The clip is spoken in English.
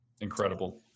Incredible